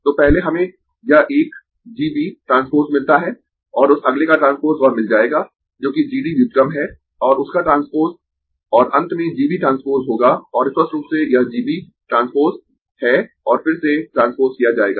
तो पहले हमें यह 1 G B ट्रांसपोज मिलता है और उस अगले का ट्रांसपोज वह मिल जाएगा जो कि G D व्युत्क्रम है और उस का ट्रांसपोज और अंत में G B ट्रांसपोज होगा और स्पष्ट रूप से यह g b ट्रांसपोज है और फिर से ट्रांसपोज किया जाएगा